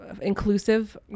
inclusive